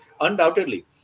Undoubtedly